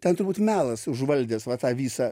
ten turbūt melas užvaldęs va tą visą